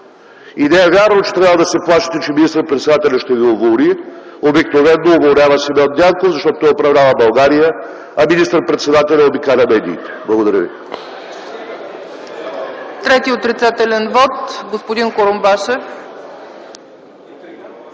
е вярно, че трябва да се плашите, че министър-председателят ще Ви уволни, обикновено уволнява Симеон Дянков, защото той управлява България, а министър-председателят обикаля медиите. Благодаря ви.